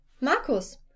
Markus